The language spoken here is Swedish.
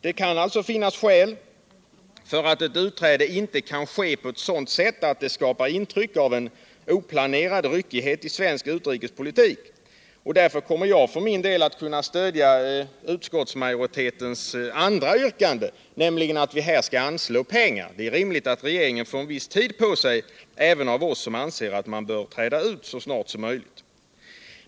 Det kan alltså finnas skäl för att ett utträde inte kan ske på ett sådant sätt att det skapar intryck av en oplanerad ryckighet i svensk utrikespolitik. Därför kommer jag för min del att kunna stödja utskottsmajoritetens andra yrkande, nämligen att vi skall anslå pengar. Det är rimligt att regeringen får en viss tid på sig även av oss som anser att Sverige bör träda ut ur IDB så snart som möjligt.